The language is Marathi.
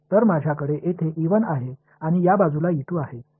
तर माझ्याकडे येथे आहे आणि या बाजूला आहे